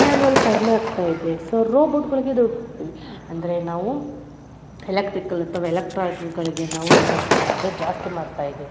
manual ಕಡಿಮೆ ಆಗ್ತಾ ಇದೆ ಸೊ ರೋಬರ್ಟ್ಗಳಿಗೆ ಅಂದರೆ ನಾವು ಎಲಕ್ಟ್ರಿಕಲ್ ಅಥವಾ ಎಲೆಕ್ಟ್ರಾನಿಕ್ಗಳಿಗೆ ನಾವು ಇನ್ವೆಸ್ಟ್ ಮಾಡೋದು ಜಾಸ್ತಿ ಮಾಡ್ತಾ ಇದ್ದೀವಿ